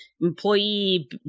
employee